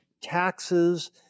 taxes